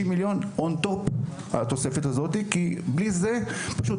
90 מיליון on top התוספת הזאת כי בלי זה פשוט